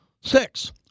Six